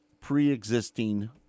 pre-existing